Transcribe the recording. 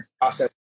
process